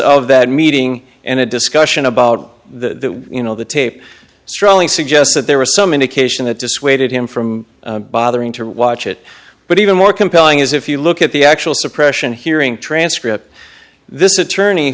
of that meeting and a discussion about the you know the tape strongly suggests that there was some indication that dissuaded him from bothering to watch it but even more compelling is if you look at the actual suppression hearing transcript this attorney